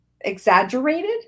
exaggerated